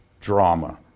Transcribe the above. drama